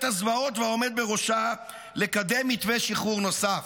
הזוועות והעומד בראשה לקדם מתווה שחרור נוסף.